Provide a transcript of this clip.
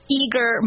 eager